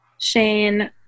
Shane